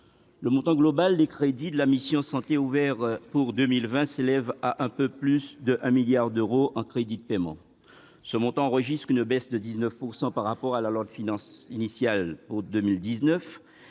le montant global des crédits de la mission « Santé » ouverts pour 2020 s'élève à un peu plus de 1 milliard d'euros en crédits de paiement. Ce montant enregistre une baisse de 19 % par rapport à la loi de finances initiale pour 2019,